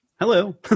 Hello